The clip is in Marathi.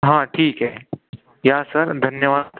हा ठीक आहे या सर धन्यवाद